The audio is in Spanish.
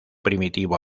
primitivo